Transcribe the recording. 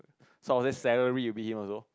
so under salary you beat him also